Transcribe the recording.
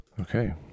okay